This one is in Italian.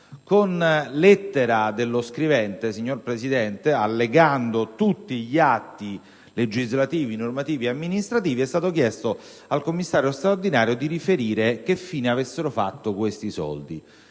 Con lettera dello scrivente, signor Presidente, allegando tutti gli atti legislativi, normativi e amministrativi, è stata chiesto al commissario straordinario di riferire che fine avessero fatto questi soldi.